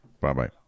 Bye-bye